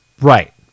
Right